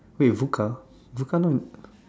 wait vuca vuca no